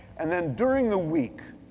and then during the week,